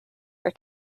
for